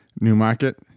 Newmarket